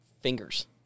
fingers